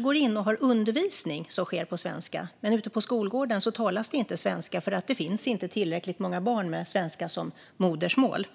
går in och har undervisning på svenska men inte talar svenska ute på skolgården, för det finns inte tillräckligt många barn med svenska som modersmål.